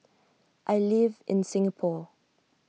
I live in Singapore